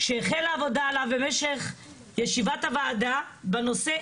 שהחלה העבודה עליו במשך ישיבת הוועדה בנושא: